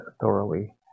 thoroughly